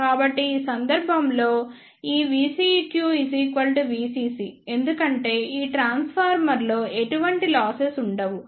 కాబట్టి ఈ సందర్భంలో ఈ VCQ VCC ఎందుకంటే ఈ ట్రాన్స్ఫార్మర్లో ఎటువంటి లాసెస్ ఉండవు